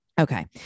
Okay